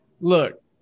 Look